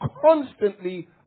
constantly